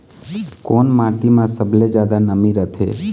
कोन माटी म सबले जादा नमी रथे?